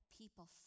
people